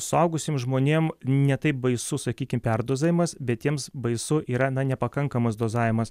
suaugusiems žmonėm ne taip baisu sakykim perdozuojamas bet jiems baisu yra nepakankamas dozavimas